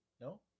No